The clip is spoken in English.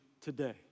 today